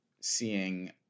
seeing